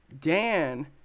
Dan